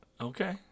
Okay